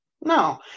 No